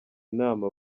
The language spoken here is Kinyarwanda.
inama